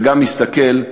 וגם מסתכל,